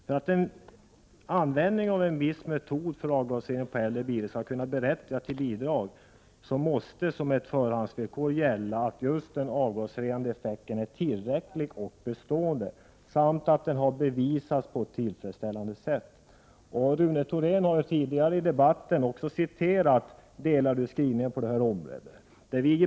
För att användning av en viss metod för avgasrening på äldre bilar skall kunna berättiga till bidrag måste som ett förhandsvillkor gälla att den avgasrenande effekten är tillräcklig och bestående samt att den har bevisats på ett tillfredsställande sätt. Rune Thorén har tidigare i debatten citerat delar ur skrivningen på det området.